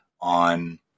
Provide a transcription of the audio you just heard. on